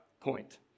point